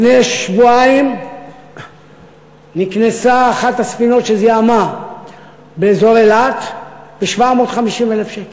לפני שבועיים נקנסה אחת הספינות שזיהמה באזור אילת ב-750,000 שקל.